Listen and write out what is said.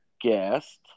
guest